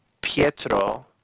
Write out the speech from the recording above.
Pietro